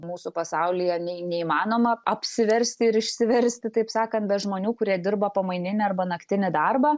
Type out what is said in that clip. mūsų pasaulyje nei neįmanoma apsiversti ir išsiversti taip sakant be žmonių kurie dirba pamaininį arba naktinį darbą